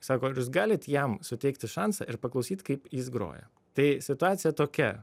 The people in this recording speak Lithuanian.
sako ar jūs galit jam suteikti šansą ir paklausyt kaip jis groja tai situacija tokia